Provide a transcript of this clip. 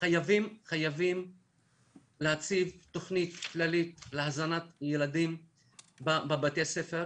חייבים להציב תוכנית כללית להזנת ילדים בבתי ספר.